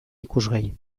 ikusgai